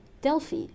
Delphi